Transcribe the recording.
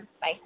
Bye